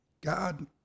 God